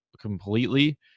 completely